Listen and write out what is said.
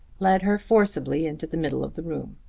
led her forcibly into the middle of the room.